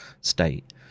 state